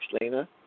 Lena